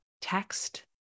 text